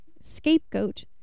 Scapegoat